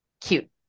cute